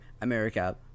America